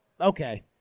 Okay